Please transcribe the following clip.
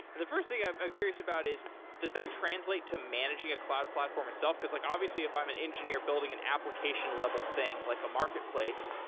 and the first thing i'm curious about is does that translate to managing a cloud platform itself? because like obviously if i'm an engineer building an application level thing, like a marketplace,